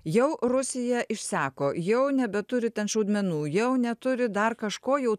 jau rusija išseko jau nebeturi ten šaudmenų jau neturi dar kažko jau